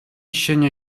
ҫӗнӗ